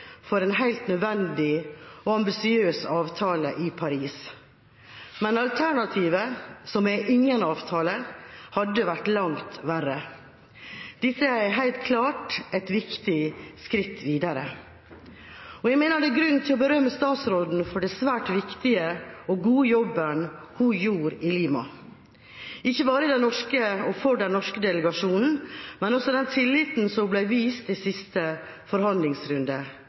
for en helt nødvendig og ambisiøs avtale i Paris, men alternativet, som er ingen avtale, hadde vært langt verre. Dette er helt klart et viktig skritt videre. Jeg mener det er grunn til å berømme statsråden for den svært viktige og gode jobben hun gjorde i Lima – ikke bare for den norske delegasjonen, men også den tilliten hun ble vist i siste forhandlingsrunde.